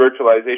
virtualization